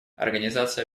организация